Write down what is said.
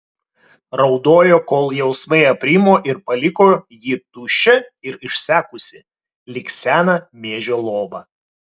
raudojo kol jausmai aprimo ir paliko jį tuščią ir išsekusį lyg seną miežio luobą